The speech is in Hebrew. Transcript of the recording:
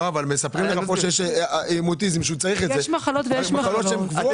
עם אוטיזם, למשל, יש מחלות קבועות.